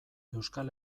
euskal